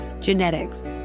genetics